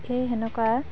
সেই সেনেকুৱা